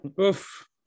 Oof